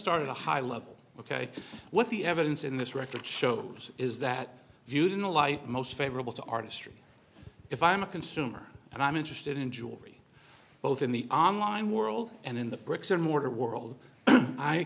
start a high level ok what the evidence in this record shows is that viewed in the light most favorable to artistry if i'm a consumer and i'm interested in jewelry both in the online world and in the bricks and mortar world i